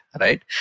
right